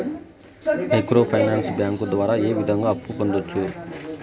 micro finance bank ద్వారా ఏ విధంగా అప్పు పొందొచ్చు